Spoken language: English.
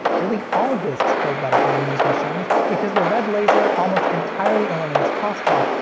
really, all discs play better on muse machines because the red laser almost entirely eliminates crosstalk,